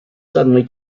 suddenly